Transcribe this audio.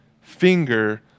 finger